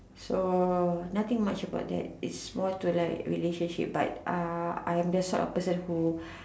so nothing much about that it's more to like relationship but uh I am the sort of person who